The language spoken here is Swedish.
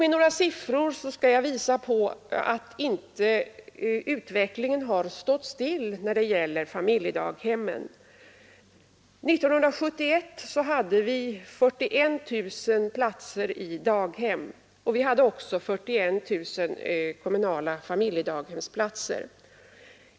Med några siffror skall jag visa att utvecklingen inte har stått stilla när det gäller familjedaghemmen. År 1971 hade vi 41 000 platser i daghem, och vi hade också 41 000 kommunala familjedaghemsplatser.